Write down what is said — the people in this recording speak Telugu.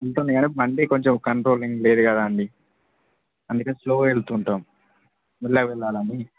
ఉంటుంది గానీ బండి కొంచెం కంట్రోలింగ్ లేదు కదా అండి అందుకని స్లోగా వెళుతుంటాం మెల్లగా వెళ్ళాలని